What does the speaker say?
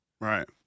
Right